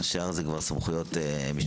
עכשיו זה כבר סמכויות משפטיות.